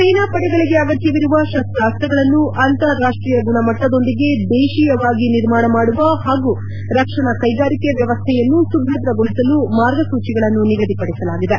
ಸೇನಾ ಪಡೆಗಳಿಗೆ ಅಗತ್ಯವಿರುವ ಶಸ್ತಾಸ್ತಗಳನ್ನು ಅಂತಾರಾಷ್ಟೀಯ ಗುಣಮಟ್ಟದೊಂದಿಗೆ ದೇಶೀಯವಾಗಿ ನಿರ್ಮಾಣ ಮಾಡುವ ಹಾಗೂ ರಕ್ಷಣಾ ಕೈಗಾರಿಕೆ ವ್ಯವಸ್ವೆಯನ್ನು ಸುಭದ್ರಗೊಳಿಸಲು ಮಾರ್ಗಸೂಚಿಗಳನ್ನು ನಿಗದಿಪಡಿಸಲಾಗಿದೆ